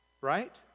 right